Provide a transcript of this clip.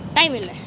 time இல்ல:illa